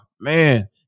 man